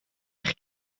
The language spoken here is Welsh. eich